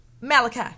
Malachi